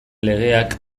legeak